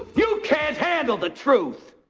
you can't handle the truth!